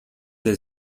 del